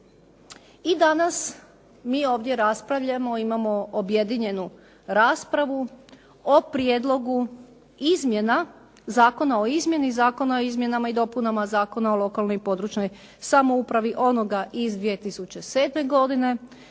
I danas mi ovdje raspravljamo, imamo objedinjenu raspravu o Prijedlogu izmjena zakona o izmjeni zakona o izmjenama i dopunama Zakona o lokalnoj i područnoj samoupravi onoga uz 2007. godine,